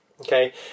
Okay